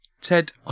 Ted